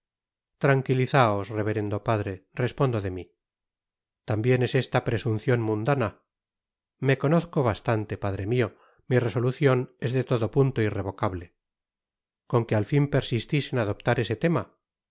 tranquilizaos reverendo padre respondo de mi tambien es esta presuncion mundana me conozco bastante padre mio mi resolucion es de todo punto irrevocable con que al fin persistis en adoptar ese lema